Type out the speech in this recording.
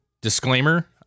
disclaimer